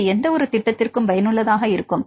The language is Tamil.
இது எந்தவொரு திட்டத்திற்கும் பயனுள்ளதாக இருக்கும்